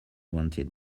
fronted